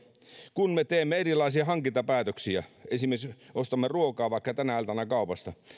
kun me teemme erilaisia hankintapäätöksiä esimerkiksi ostamme ruokaa vaikka tänä iltana kaupasta